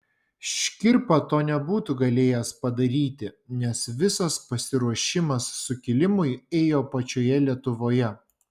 škirpa to nebūtų galėjęs padaryti nes visas pasiruošimas sukilimui ėjo pačioje lietuvoje